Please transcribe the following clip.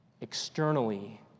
externally